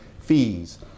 fees